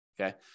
Okay